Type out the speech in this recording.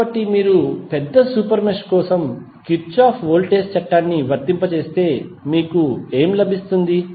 కాబట్టి మీరు పెద్ద సూపర్ మెష్ కోసం కిర్చాఫ్ వోల్టేజ్ చట్టాన్ని వర్తింపజేస్తే మీకు ఏమి లభిస్తుంది